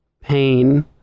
pain